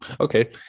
Okay